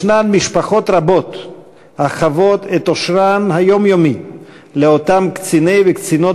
משפחות רבות חבות את אושרן היומיומי לאותם קציני וקצינות